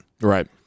right